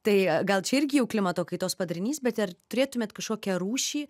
tai gal čia irgi jau klimato kaitos padarinys bet ar turėtumėt kažkokią rūšį